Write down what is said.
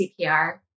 CPR